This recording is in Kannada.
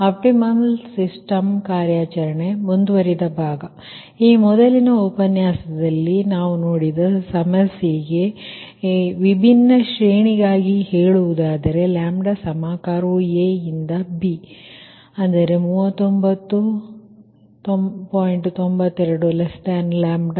ಆಪ್ಟಿಮಲ್ ಸಿಸ್ಟಮ್ ಕಾರ್ಯಾಚರಣೆಮುಂದುವರಿದ ಭಾಗ ಆದ್ದರಿಂದ ಈ ಸಮಸ್ಯೆಗೆ ನಾವು ಏನನ್ನು ನೋಡಿದ್ದೇವೆ ಅಂದರೆ ವಿಭಿನ್ನ ಶ್ರೇಣಿಗಾಗಿ ಹೇಳುವುದಾದರೆ ಕರ್ವ್ A ಯಿಂದ B 39